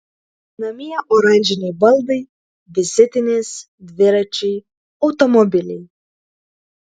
namie oranžiniai baldai vizitinės dviračiai automobiliai